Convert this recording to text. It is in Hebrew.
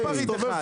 לא פריט אחד,